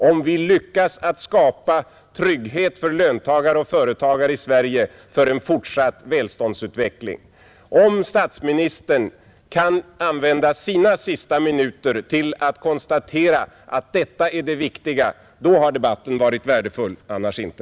Om statsministern kan använda sina sista minuter här till att konstatera att det viktiga är om vi lyckas att skapa trygghet för löntagare och företagare i Sverige för en fortsatt välståndsutveckling, då har debatten varit värdefull, annars inte.